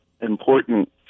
important